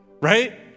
right